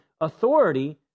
authority